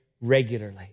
regularly